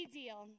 deal